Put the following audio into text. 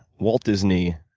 walt disney